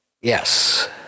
Yes